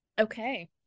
Okay